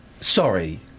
Sorry